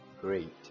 Great